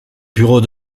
bureau